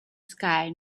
sky